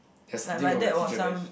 just think of the teacher then